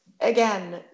again